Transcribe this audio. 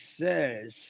says